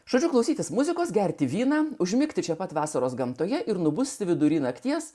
žodžių klausytis muzikos gerti vyną užmigti čia pat vasaros gamtoje ir nubusti vidury nakties